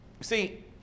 see